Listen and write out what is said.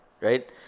right